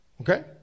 okay